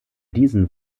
diesen